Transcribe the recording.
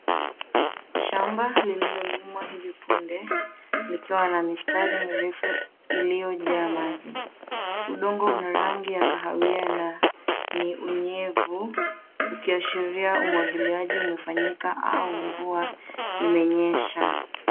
Shamba lililo limwa hivi punde likiwa na mistari mirefu iliyojaa maji. Udongo una rangi ya kahawia na unyevu unyevu ukiashiria umwagiliaji umefanyika au mvua imenyesha.